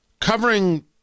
covering